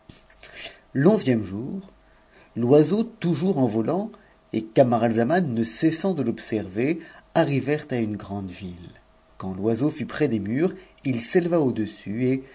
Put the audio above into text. l'onzième jour l'oiseau toujours en volant et camaratzaman ne cessxm de l'observer arrivèrent à une grande ville quand l'oiseau fut près murs il s'éleva au-dessus et